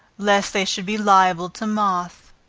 lest they should be liable to moth.